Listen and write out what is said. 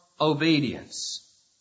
obedience